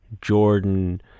Jordan